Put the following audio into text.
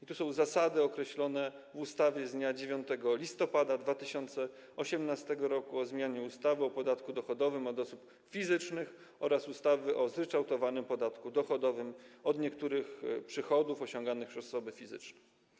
I tu zostały określone zasady w ustawie z dnia 9 listopada 2018 r. o zmianie ustawy o podatku dochodowym od osób fizycznych oraz ustawy o zryczałtowanym podatku dochodowym od niektórych przychodów osiąganych przez osoby fizyczne.